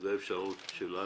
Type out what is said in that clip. זו האפשרות שלנו,